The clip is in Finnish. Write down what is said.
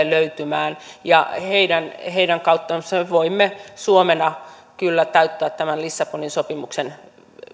löytymään heidän heidän kauttaan voimme suomena kyllä täyttää tämän lissabonin sopimuksen